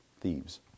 Thieves